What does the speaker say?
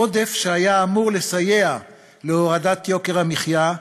עודף שהיה אמור לסייע להורדת יוקר המחיה,